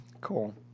Cool